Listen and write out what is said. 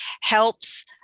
helps